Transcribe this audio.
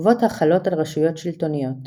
חובות החלות על רשויות שלטוניות